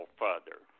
further